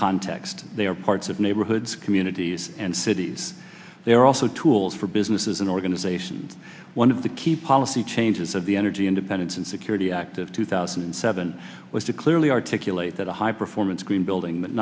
context they are parts of neighborhoods communities and cities there are also tools for businesses and organizations one of the key policy changes of the energy independence and security act of two thousand and seven was to clearly articulate that a high performance green building